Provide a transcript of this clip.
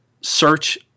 search